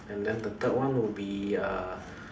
and then the third one would be err